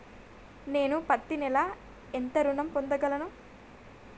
నేను పత్తి నెల ఎంత ఋణం పొందగలను?